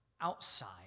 outside